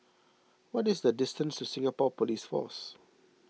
what is the distance to Singapore Police Force